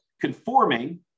conforming